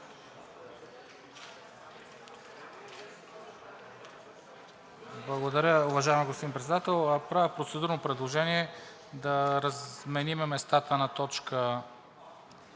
Благодаря, уважаеми господин Председател! Правя процедурно предложение да разменим местата на т.